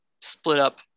split-up